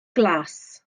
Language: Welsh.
glas